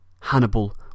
Hannibal